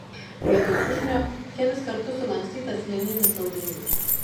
vietoj čiužinio kelis kartus sulankstytas lininis audinys